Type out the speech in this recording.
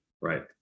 right